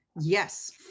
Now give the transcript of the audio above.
Yes